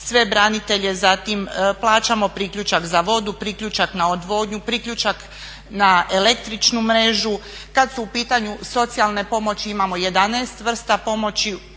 sve branitelje zatim plaćamo priključak za vodu, priključak na odvodnju, priključak ne električnu mrežu. Kad su u pitanju socijalne pomoći imamo 11 vrsta pomoći,